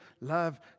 love